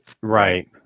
Right